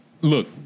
look